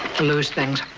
lose things.